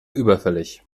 überfällig